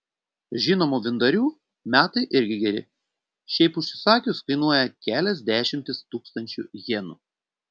žinomų vyndarių metai irgi geri šiaip užsisakius kainuoja kelias dešimtis tūkstančių jenų